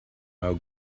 how